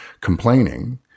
complaining